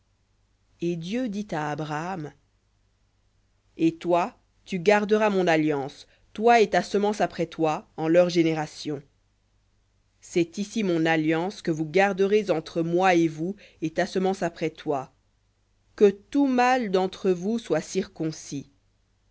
et dieu dit à abraham et toi tu garderas mon alliance toi et ta semence après toi en leurs générations cest ici mon alliance que vous garderez entre moi et vous et ta semence après toi que tout mâle d'entre vous soit circoncis